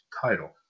title